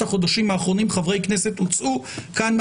החודשים האחרונים הוצאו חברי כנסת מהוועדה.